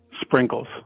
Sprinkles